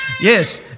Yes